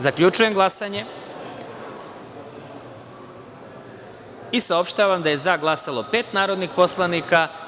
Zaključujem glasanje i saopštavam: za – pet, nije glasalo 155 narodnih poslanika.